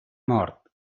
mort